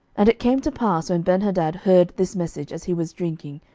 and it came to pass, when ben-hadad heard this message, as he was drinking,